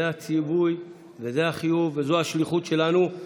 זה הציווי וזה החיוב וזו השליחות שלנו.